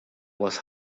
was